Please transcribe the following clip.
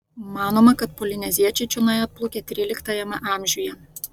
manoma kad polineziečiai čionai atplaukė tryliktajame amžiuje